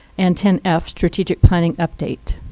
and ten f, strategic planning update.